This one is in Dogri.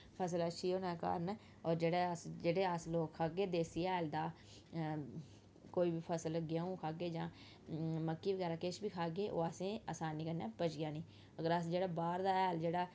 फसल अच्छी होने दे कारण होर जेह्ड़े अस जेह्ड़े अस लोग खाह्गे देसी हैल दा कोई बी फसल गेंहू खाह्गे जां मक्की बगैरा किश बी खाह्गे ओह् असें असानी कन्नै पची जानी अगर अस जेह्ड़ा बाह्र दा हैल जेह्ड़ा